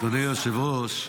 אדוני היושב-ראש,